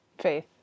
Faith